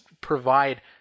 provide